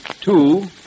two